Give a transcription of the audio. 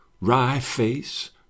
Wry-face